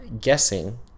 guessing